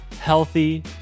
healthy